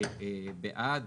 בעד,